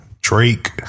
Drake